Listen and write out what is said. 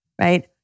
right